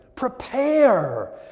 Prepare